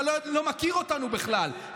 אתה לא מכיר אותנו בכלל.